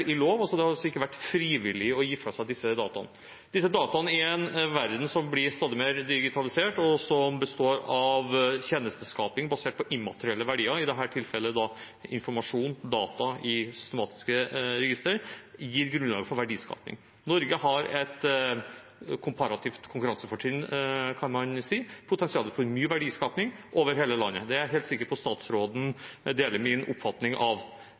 i lov. Det har altså ikke vært frivillig å gi fra seg disse dataene. I en verden som blir stadig mer digitalisert, og som består av tjenesteskaping basert på immaterielle verdier – i dette tilfellet informasjon/data i systematiske registre – gir disse dataene grunnlag for verdiskaping. Norge har et komparativt konkurransefortrinn, kan man si, med potensial for mye verdiskaping over hele landet. Det er jeg helt sikker på at statsråden deler min oppfatning av.